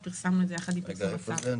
פרסמנו את זה יחד עם פרסום הצו.